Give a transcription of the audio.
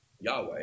Yahweh